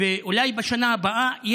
ואולי בשנה הבאה,